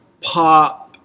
pop